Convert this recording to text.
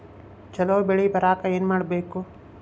ಛಲೋ ಬೆಳಿ ಬರಾಕ ಏನ್ ಮಾಡ್ಬೇಕ್?